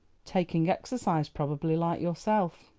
taking exercise, probably, like yourself.